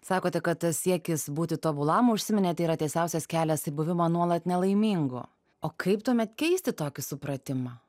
sakote kad tas siekis būti tobulam užsiminėt yra tiesiausias kelias į buvimą nuolat nelaimingu o kaip tuomet keisti tokį supratimą